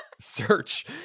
search